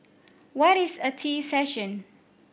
what is a tea session